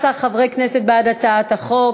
14 חברי כנסת בעד הצעת החוק,